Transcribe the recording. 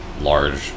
large